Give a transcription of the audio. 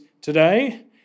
today